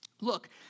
look